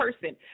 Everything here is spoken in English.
person